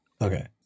Okay